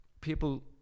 people